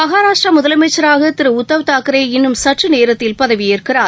மகாராஷ்டிராமுதலமைச்சராகதிருஉத்தவ் தாக்கரே இன்னும் சற்றுநேரத்தில் பதவியேற்கிறார்